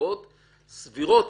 סיבות סבירות.